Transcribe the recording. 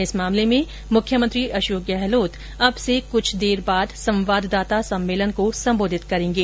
इस मामले में मुख्यमंत्री अशोक गहलोत अब से कुछ देर बाद संवाददाता सम्मेलन को संबोधित करेंगे